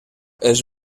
els